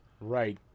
Right